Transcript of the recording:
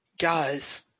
Guys